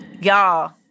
y'all